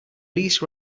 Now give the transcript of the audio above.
lease